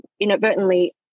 inadvertently